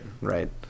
right